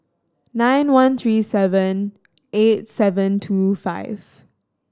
nine one three seven eight seven two five